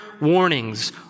warnings